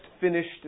finished